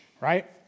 right